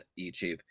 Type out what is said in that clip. YouTube